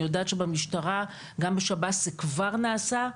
אני יודעת שבמשטרה, וגם בשב"ס, זה כבר נעשה.